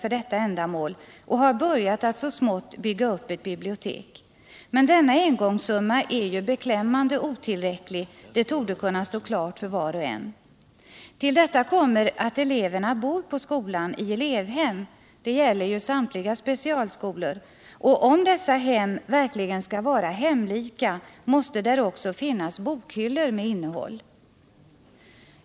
för detta ändamål och har börjat att så smått bygga upp ett bibliotek. Men denna engångssumma är beklämmande otillräcklig — det torde kunna stå klart för var och en. Till detta kommer att eleverna bor på skolan i elevhem — detta gäller ju för samtliga specialskolor — och om dessa hem verkligen skall vara hemlika måste där också finnas bokhyllor med innehåll.